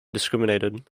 discriminated